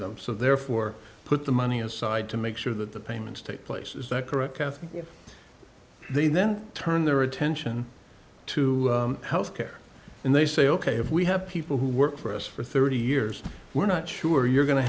them so therefore put the money aside to make sure that the payments take place is that correct they then turn their attention to health care and they say ok if we have people who work for us for thirty years we're not sure you're going to